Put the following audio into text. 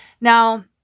Now